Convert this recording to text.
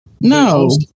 No